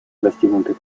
достигнутый